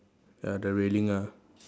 ya the railing ah